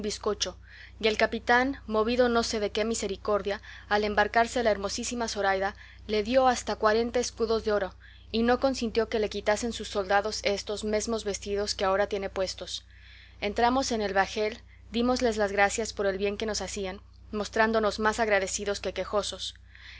y el capitán movido no sé de qué misericordia al embarcarse la hermosísima zoraida le dio hasta cuarenta escudos de oro y no consintió que le quitasen sus soldados estos mesmos vestidos que ahora tiene puestos entramos en el bajel dímosles las gracias por el bien que nos hacían mostrándonos más agradecidos que quejosos